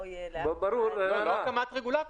לא הקמת רגולטור.